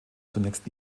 zunächst